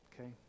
Okay